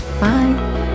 Bye